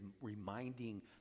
reminding